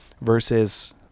versus